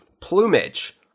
plumage